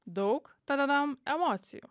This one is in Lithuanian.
daug tadadam emocijų